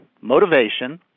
motivation